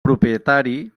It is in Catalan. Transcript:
propietari